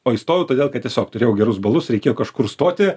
o įstojau todėl kad tiesiog turėjau gerus balus reikėjo kažkur stoti